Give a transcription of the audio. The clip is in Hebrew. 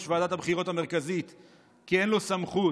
ועדת הבחירות המרכזית כי אין לו סמכות,